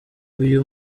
uyu